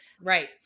Right